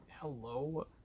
Hello